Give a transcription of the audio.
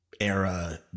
era